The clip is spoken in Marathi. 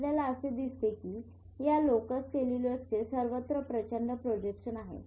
आपल्याला असे दिसते की या लोकस सेल्युलोजचे सर्वत्र प्रचंड प्रोजेक्शन आहे